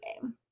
game